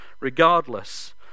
regardless